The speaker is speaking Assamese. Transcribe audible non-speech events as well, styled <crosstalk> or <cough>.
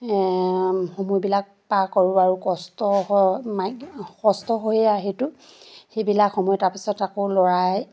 সময়বিলাক পাৰ কৰোঁ আৰু কষ্ট <unintelligible> কষ্ট হৈয়ে আৰু সেইটো সেইবিলাক সময় তাৰপিছত আকৌ ল'ৰাই